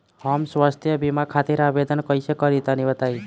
हम स्वास्थ्य बीमा खातिर आवेदन कइसे करि तनि बताई?